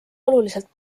oluliselt